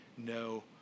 No